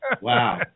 Wow